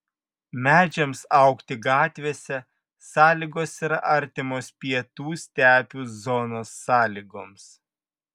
medžiams augti gatvėse sąlygos yra artimos pietų stepių zonos sąlygoms